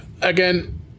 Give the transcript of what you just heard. Again